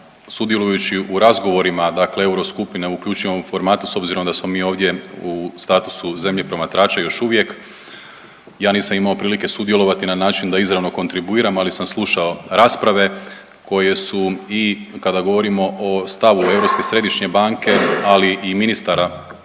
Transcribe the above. sudjelujući u razgovorima dakle Euroskupine, uključujemo formate s obzirom smo mi ovdje u statusu zemlje promatrača još uvijek ja nisam imao prilike sudjelovati na način da izravno kontribuiram. Ali sam slušao rasprave koje su i kada govorimo o stavu Europske središnje banke, ali i ministara